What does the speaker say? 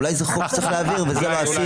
אולי זה חוק שצריך להעביר, ואת זה לא עשינו.